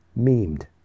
memed